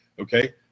Okay